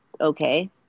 okay